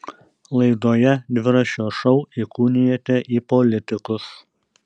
laidoje dviračio šou įkūnijate į politikus